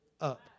up